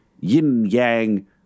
yin-yang